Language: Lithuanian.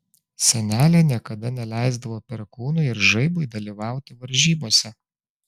senelė niekada neleisdavo perkūnui ir žaibui dalyvauti varžybose